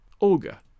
Olga